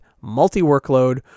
multi-workload